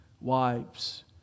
wives